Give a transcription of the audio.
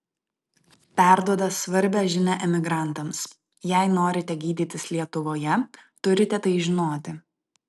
perduoda svarbią žinią emigrantams jei norite gydytis lietuvoje turite tai žinoti